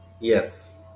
Yes